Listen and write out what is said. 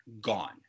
gone